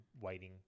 waiting